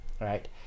right